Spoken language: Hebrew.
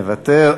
מוותר,